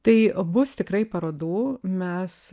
tai bus tikrai parodų mes